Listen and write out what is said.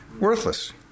worthless